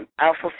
Alpha